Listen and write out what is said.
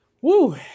Woo